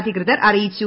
അധികൃതർ അറിയിച്ചു